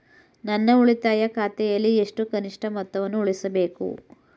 ನನ್ನ ಉಳಿತಾಯ ಖಾತೆಯಲ್ಲಿ ಎಷ್ಟು ಕನಿಷ್ಠ ಮೊತ್ತವನ್ನು ಉಳಿಸಬೇಕು?